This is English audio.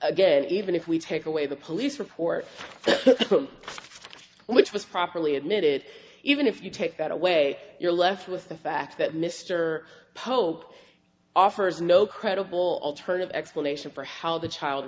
again even if we take away the police report which was properly admitted even if you take that away you're left with the fact that mr pope offers no credible alternative explanation for how the child